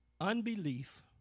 Unbelief